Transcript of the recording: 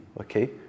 okay